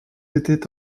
était